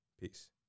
Peace